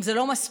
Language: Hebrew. אם זה לא מספיק,